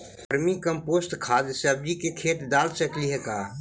Vermi compost खाद सब्जी के खेत दाल सकली हे का?